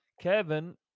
Kevin